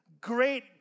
great